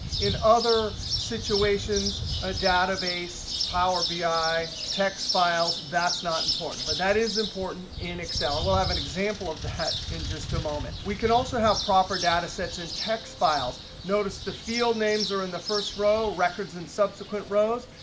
in other situations a database, power bi, text files that's not important. but that is important in excel. we'll have an example of that in just a moment. we can also have proper data sets in text files. notice the field names are in the first row, records in subsequent rows.